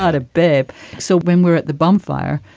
but a bib so when we're at the bonfire,